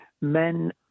men